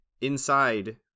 inside